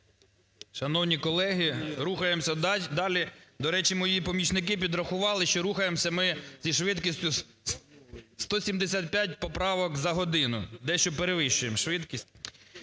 далі. До речі, мої помічники підрахували, що рухаємося ми зі швидкістю 175 поправок за годину, дещо перевищуємо швидкість.